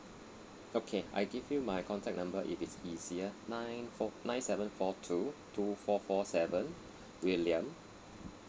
okay I give you my contact number if it's easier nine four nine seven four two two four four seven eleven william